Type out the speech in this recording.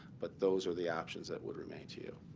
but those are the options that would remain to you.